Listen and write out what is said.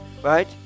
right